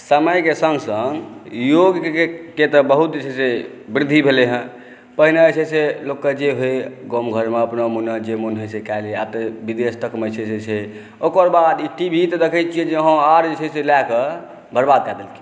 समयके सङ्ग सङ्ग योगके तऽ बहुत जे छै वृद्धि भेलै हँ पहिने जे छै से लोकके जे होइ गाम घरमे अपना मोने जे मोन होइ से कऽ लै आब तक विदेश तकमे जे छै ओकर बाद ई टी वी तऽ देखै छिए आओर जे छै से लऽ कऽ बर्बाद कऽ देलकै